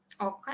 okay